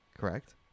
correct